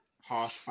harsh